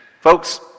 Folks